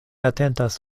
atentas